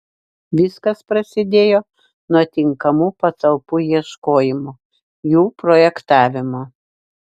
viskas prasidėjo nuo tinkamų patalpų ieškojimo jų projektavimo